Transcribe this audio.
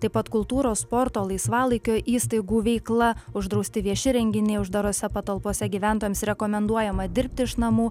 taip pat kultūros sporto laisvalaikio įstaigų veikla uždrausti vieši renginiai uždarose patalpose gyventojams rekomenduojama dirbti iš namų